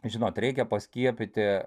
žinot reikia paskiepyti